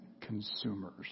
consumers